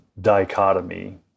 dichotomy